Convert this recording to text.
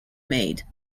made